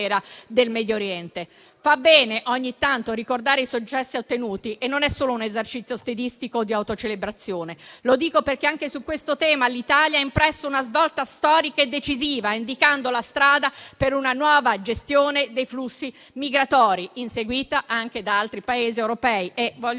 del Medio Oriente. Fa bene ogni tanto ricordare i successi ottenuti e non è solo un esercizio stilistico di autocelebrazione. Lo dico perché anche su questo tema l'Italia ha impresso una svolta storica e decisiva, indicando la strada per una nuova gestione dei flussi migratori, seguita anche da altri Paesi europei. Vorrei